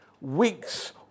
weeks